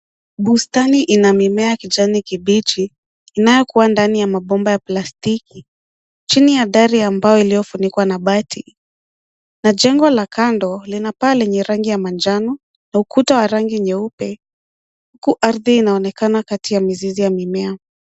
Bustani ina mimea kijani kibichi, inayokua ndani ya mabomba ya plastiki, chini ya dari ambayo iliyofunikwa na bati. Na jengo la kando, lina paa lenye rangi ya majano, na ukuta wa rangi nyeupe, huku ardhi inaonekana kati ya mizizi ya mimea.